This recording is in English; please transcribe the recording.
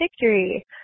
victory